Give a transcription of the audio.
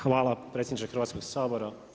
Hvala predsjedniče Hrvatskog sabora.